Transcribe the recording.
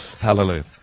Hallelujah